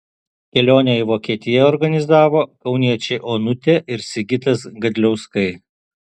kelionę į vokietiją organizavo kauniečiai onutė ir sigitas gadliauskai